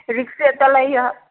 रिक्शे चलैहऽ